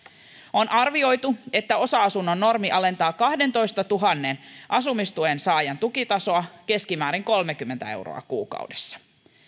on arvioitu että osa asunnon normi alentaa kahdentoistatuhannen asumistuen saajan tukitasoa keskimäärin kolmekymmentä euroa kuukaudessa